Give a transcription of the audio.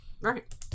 Right